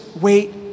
wait